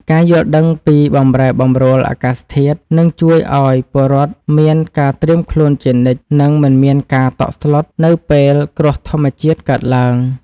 ការយល់ដឹងពីបម្រែបម្រួលអាកាសធាតុនឹងជួយឱ្យពលរដ្ឋមានការត្រៀមខ្លួនជានិច្ច និងមិនមានការតក់ស្លុតនៅពេលគ្រោះធម្មជាតិកើតឡើង។